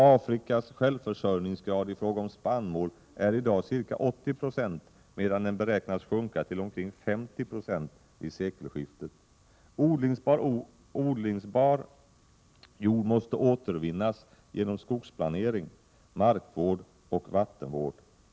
Afrikas självförsörjningsgrad i fråga om spannmål är i dag ca 80 26, medan den beräknas sjunka till omkring 50 96 vid sekelskiftet. Odlingsbar jord måste återvinnas genom skogsplantering, markvård och vattenvård.